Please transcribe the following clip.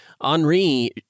Henri